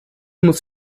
muss